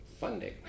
funding